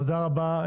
תודה רבה.